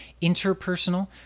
interpersonal